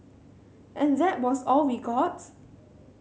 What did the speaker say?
and that was all we got